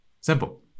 Simple